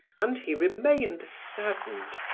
and he remained saddened,